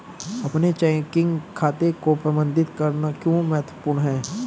अपने चेकिंग खाते को प्रबंधित करना क्यों महत्वपूर्ण है?